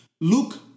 Luke